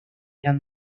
eran